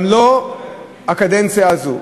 את ההצעה הזו,